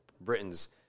Britain's